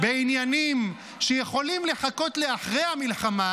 בעניינים שיכולים לחכות לאחרי המלחמה,